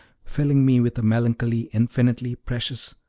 filling me with a melancholy infinitely precious,